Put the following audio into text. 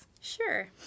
Sure